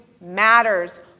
matters